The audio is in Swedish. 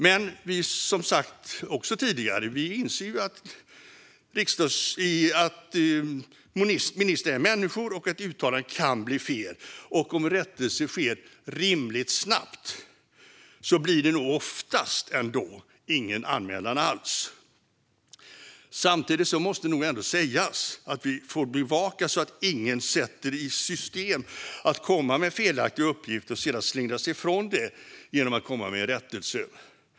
Precis som har sagts tidigare inser vi att även ministrar är människor och att ett uttalande kan bli fel. Och om rättelse sker rimligt snabbt blir det nog oftast ingen anmälan alls. Samtidigt måste det ändå sägas att vi måste bevaka så att ingen sätter i system att komma med felaktiga uppgifter och sedan slingra sig ifrån dem genom att komma med en rättelse.